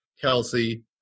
Kelsey